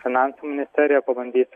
finansų ministerija pabandyt